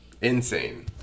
Insane